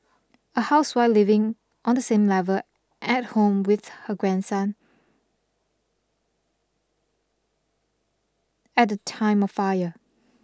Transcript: a housewife living on the same level at home with her grandson at the time of fire